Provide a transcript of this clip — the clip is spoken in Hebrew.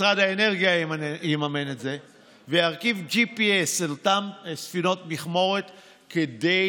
משרד האנרגיה יממן את זה וירכיב GPS על אותן ספינות מכמורת כדי